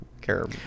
care